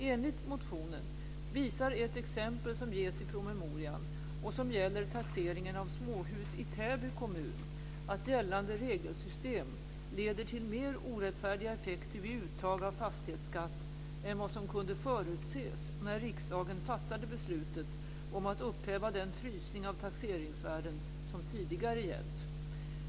Enligt motionen visar ett exempel som ges i promemorian, och som gäller taxeringen av småhus i Täby kommun, att gällande regelsystem leder till mer orättfärdiga effekter vid uttag av fastighetsskatt än vad som kunde förutses när riksdagen fattade beslutet om att upphäva den frysning av taxeringsvärden som tidigare gällt.